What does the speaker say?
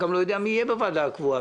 אני לא יודע מי יהיה בוועדה הקבועה,